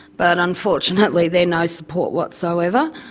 but unfortunately they're no support whatsoever.